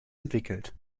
entwickelt